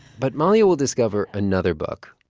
but mahlia will discover another book,